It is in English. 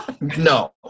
no